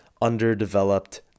underdeveloped